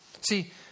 See